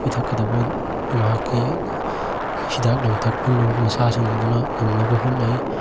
ꯄꯤꯊꯛꯀꯗꯕ ꯃꯍꯥꯛꯀꯤ ꯍꯤꯗꯥꯛ ꯂꯥꯡꯊꯛ ꯄꯨꯝꯅꯃꯛ ꯃꯆꯥꯁꯤꯡ ꯑꯗꯨꯅ ꯉꯝꯅꯕ ꯍꯣꯠꯅꯩ